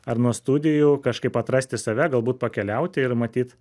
ar nuo studijų kažkaip atrasti save galbūt pakeliauti ir matyt